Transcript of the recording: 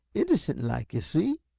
innocent like, yuh see.